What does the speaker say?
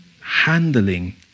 handling